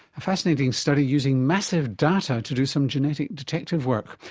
a fascinating study using massive data to do some genetic detective work.